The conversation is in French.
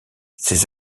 ces